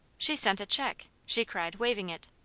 she's sent a check! she cried, waving it.